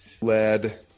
lead